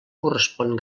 correspon